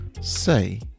say